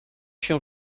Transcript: się